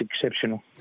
exceptional